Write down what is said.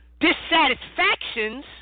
dissatisfactions